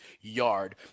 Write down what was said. yard